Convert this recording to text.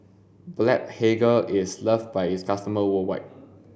Blephagel is loved by its customers worldwide